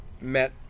met